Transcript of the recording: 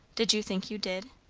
did you think you did?